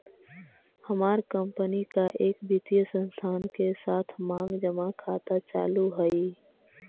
हमार कंपनी का एक वित्तीय संस्थान के साथ मांग जमा खाता चालू हई